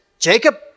Jacob